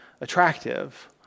attractive